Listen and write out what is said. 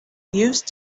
used